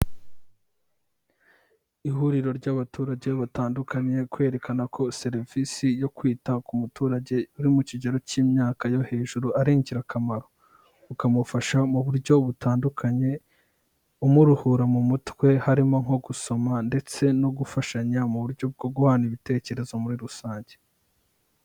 Ihuriro ry'abaturage batandukanye kwerekana ko serivisi yo kwita ku muturage uri mu kigero k'imyaka yo hejuru ari ingirakamaro. Ukamufasha mu buryo butandukanye umuruhura mu mutwe, harimo nko gusoma ndetse no gufashanya mu buryo bwo guhana ibitekerezo muri rusange.